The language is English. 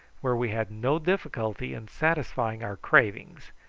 where we had no difficulty in satisfying our cravings,